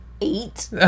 eight